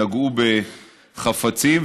נגעו בחפצים,